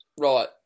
Right